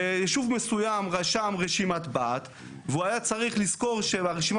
בישוב מסוים רשם רשימת בת והוא היה צריך לזכור שהרשימה